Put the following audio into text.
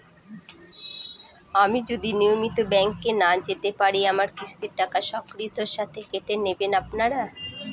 আমি যদি নিয়মিত ব্যংকে না যেতে পারি আমার কিস্তির টাকা স্বকীয়তার সাথে কেটে নেবেন আপনারা?